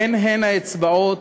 הן-הן האצבעות